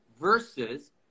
versus